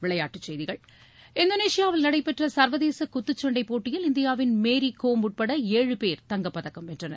விளையாட்டுச் செய்திகள் இந்தோனேஷியாவில் நடைபெற்ற சர்வதேச குத்துச்சண்டை போட்டியில் இந்தியாவின் மேரி கோம் உட்பட ஏழு பேர் தங்கப்பதக்கம் வென்றனர்